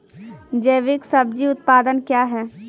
जैविक सब्जी उत्पादन क्या हैं?